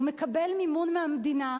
הוא מקבל מימון מהמדינה.